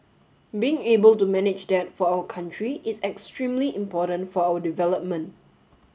being able to manage that for our country is extremely important for our development